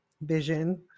vision